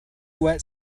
wet